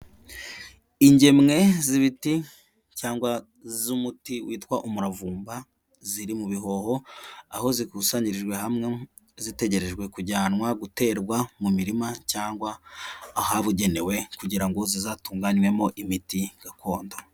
Ingemwe z'ibiti cyangwa z'umuti witwa umuravumba ziri mu bihoho, aho zikusanyirijwe hamwe zitegerejwe kujyanwa guterwa mu mirima cyangwa ahabugenewe, kugira ngo zizatunganywemo imiti gakondo.